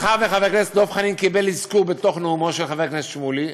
מאחר שחבר הכנסת דב חנין קיבל אזכור בנאומו של חבר הכנסת שמולי,